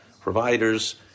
providers